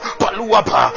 paluapa